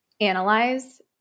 analyze